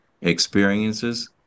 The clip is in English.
experiences